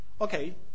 okay